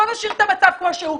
בוא נשאיר את המצב כמו שהוא,